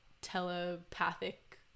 telepathic